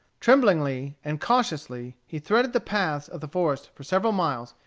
tremblingly and cautiously he threaded the paths of the forest for several miles,